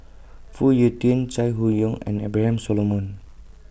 Phoon Yew Tien Chai Hon Yoong and Abraham Solomon